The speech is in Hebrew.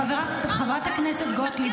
חברת הכנסת גוטליב,